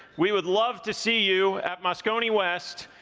we would love to see you at moscone west,